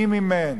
מי מימן?